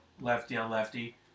lefty-on-lefty